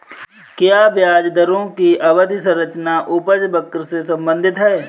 क्या ब्याज दरों की अवधि संरचना उपज वक्र से संबंधित है?